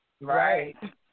Right